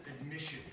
admission